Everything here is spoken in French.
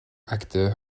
acteur